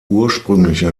ursprüngliche